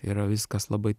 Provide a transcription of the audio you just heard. yra viskas labai